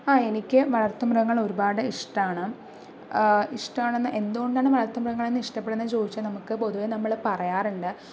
ആ എനിക്ക് വളർത്തുമൃഗങ്ങളെ ഒരുപാടിഷ്ടമാണ് ഇഷ്ടമാണെന്ന് എന്തുകൊണ്ടാണ് വളർത്തുമൃഗങ്ങളെ ഇഷ്ടപ്പെടുന്നതെന്ന് ചോദിച്ചാൽ നമുക്ക് പൊതുവെ നമ്മള് പറയാറുണ്ട്